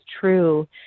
true